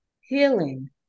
healing